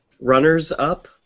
Runners-up